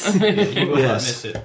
Yes